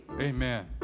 Amen